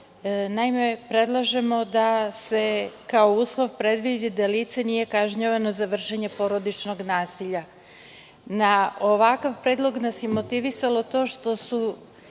uslove. Naime, predlažemo da se kao uslov predvidi da lice nije kažnjavano za vršenje porodičnog nasilja. Na ovakav predlog nas je motivisalo to što su